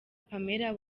pamela